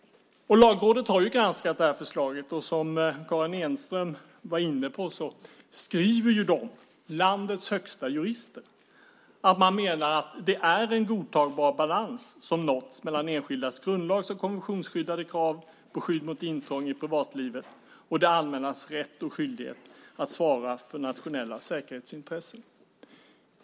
Lagrådet har granskat förslaget, och som Karin Enström var inne på skriver de, landets högsta jurister, att det har nåtts en godtagbar balans mellan enskildas grundlags och kommissionsskyddade krav på skydd mot intrång i privatlivet och det allmännas rätt och skyldighet att svara för nationella säkerhetsintressen.